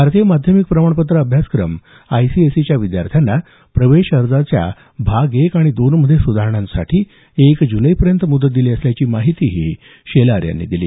भारतीय माध्यमिक प्रमाणपत्र अभ्यासक्रम आयसीएसईच्या विद्यार्थ्यांना प्रवेश अर्जाच्या भाग एक आणि दोनमध्ये सुधारणांसाठी एक जुलैपर्यंत मुदत दिली असल्याची माहितीही शेलार यांनी दिली